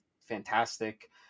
fantastic